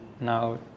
now